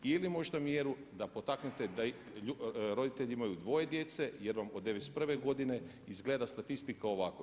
Ili možda mjeru da potaknete da roditelji imaju dvoje djece, jer vam od '91. godine izgleda statistika ovako.